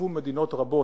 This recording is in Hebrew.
נוספו מדינות רבות,